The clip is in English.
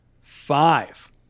five